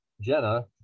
jenna